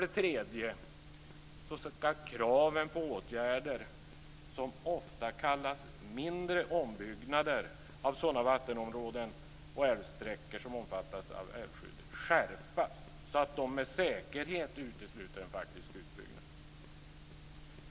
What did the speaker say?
Den tredje är att kraven på åtgärder som ofta kallas mindre ombyggnader av sådana vattenområden och älvsträckor som omfattas av älvskyddet ska skärpas, så att de med säkerhet utesluter en faktisk utbyggnad. Fru talman!